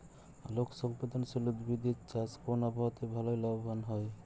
আলোক সংবেদশীল উদ্ভিদ এর চাষ কোন আবহাওয়াতে ভাল লাভবান হয়?